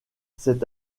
c’est